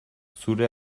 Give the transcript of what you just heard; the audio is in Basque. zure